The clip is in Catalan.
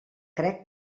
crec